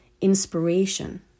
inspiration